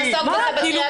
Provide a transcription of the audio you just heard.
נעסוק בזה בקריאת החוק.